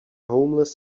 homeless